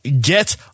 get